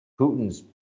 Putin's